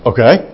Okay